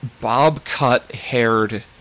bob-cut-haired